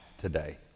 today